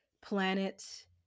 planet